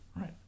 Right